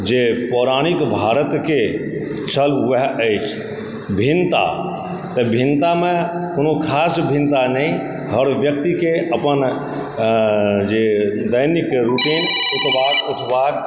जे पौराणिक भारतके छल ओएह अछि भिन्नता तऽ भिन्नतामे कोनो खास भिन्नता नहि हर व्यक्तिके अपन जे दैनिक रूटीन सुतबाक उठबाक